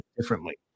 differently